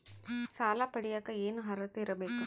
ಸಾಲ ಪಡಿಯಕ ಏನು ಅರ್ಹತೆ ಇರಬೇಕು?